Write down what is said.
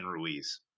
Ruiz